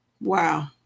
Wow